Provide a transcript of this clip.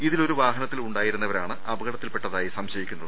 ഇതിലൊരു വാഹനത്തിൽ ഉണ്ടായിരുന്നവരാണ് അപകടത്തിൽപ്പെട്ടതായി സംശയിക്കുന്നത്